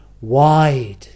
wide